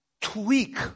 tweak